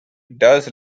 does